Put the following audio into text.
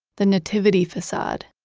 the nativity facade.